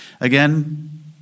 Again